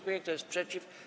Kto jest przeciw?